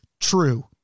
True